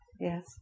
Yes